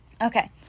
Okay